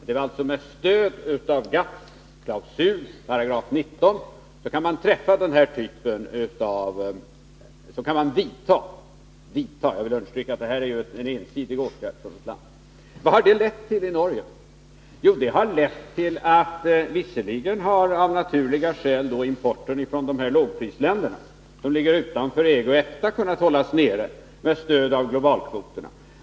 Det var alltså med stöd av GATT:s klausul § 19 som de har kunnat vidta denna åtgärd — jag vill understryka att det är en ensidig åtgärd. Vad har det lett till i Norge? Visserligen har av naturliga skäl importen från de lågprisländer som ligger utanför EG och EFTA kunnat hållas nere med stöd av globalkvoterna.